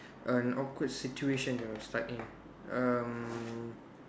an awkward situation you were stuck in um